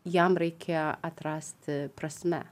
jam reikia atrasti prasmę